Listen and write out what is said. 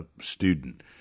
student